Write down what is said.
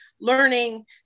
learning